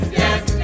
yes